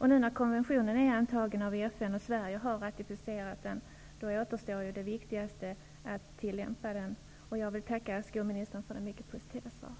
Nu när konventionen är antagen av FN, och Sverige har ratificerat den återstår det viktigaste, nämligen att tillämpa den. Jag vill tacka skolministern för det mycket positiva svaret.